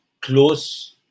close